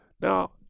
Now